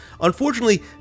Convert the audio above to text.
Unfortunately